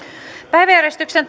päiväjärjestyksen